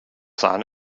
sahne